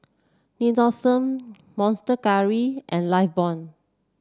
Nixoderm Monster Curry and Lifebuoy